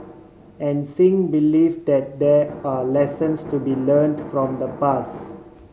and Singh believe that there are lessons to be learnt from the pass